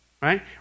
Right